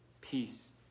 peace